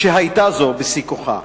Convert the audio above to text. כשזו היתה בשיא כוחה.